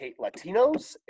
Latinos